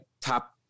top